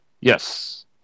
Yes